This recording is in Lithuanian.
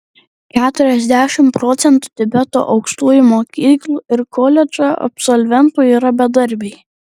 keturiasdešimt procentų tibeto aukštųjų mokyklų ir koledžų absolventų yra bedarbiai